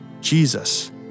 Jesus